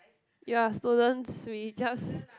ya students we just